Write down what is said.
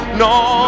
no